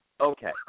Okay